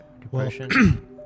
depression